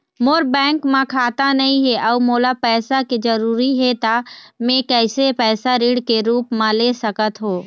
मोर bank म खाता नई हे अउ मोला पैसा के जरूरी हे त मे कैसे पैसा ऋण के रूप म ले सकत हो?